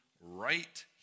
right